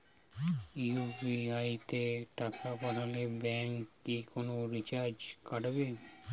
UPI তে টাকা পাঠালে ব্যাংক কি কোনো চার্জ কাটে?